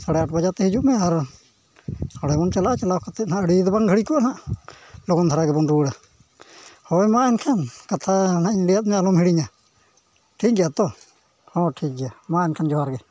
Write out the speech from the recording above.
ᱥᱟᱲᱮ ᱟᱴ ᱵᱟᱡᱮ ᱛᱮ ᱦᱤᱡᱩᱜ ᱢᱮ ᱟᱨ ᱦᱟᱸᱰᱮ ᱵᱚᱱ ᱪᱟᱞᱟᱜᱼᱟ ᱪᱟᱞᱟᱣ ᱠᱟᱛᱮᱫ ᱟᱹᱰᱤ ᱫᱚ ᱵᱟᱝ ᱜᱷᱟᱹᱲᱤᱠᱚᱜᱼᱟ ᱦᱟᱸᱜ ᱞᱚᱜᱚᱱ ᱫᱷᱟᱨᱟ ᱜᱮᱵᱚᱱ ᱨᱩᱣᱟᱹᱲᱟ ᱦᱳᱭ ᱢᱟ ᱮᱱᱠᱷᱟᱱ ᱠᱟᱛᱷᱟ ᱱᱟ ᱦᱟᱸᱜ ᱤᱧ ᱞᱟᱹᱭᱟᱫ ᱢᱮᱭᱟ ᱟᱞᱚᱢ ᱦᱤᱲᱤᱧᱟ ᱴᱷᱤᱠ ᱜᱮᱭᱟ ᱛᱚ ᱦᱚᱸ ᱴᱷᱤᱠ ᱜᱮᱭᱟ ᱢᱟ ᱮᱱᱠᱷᱟᱱ ᱡᱚᱦᱟᱨ ᱜᱮ